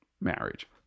marriage